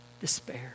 despair